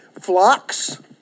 flocks